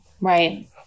right